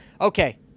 Okay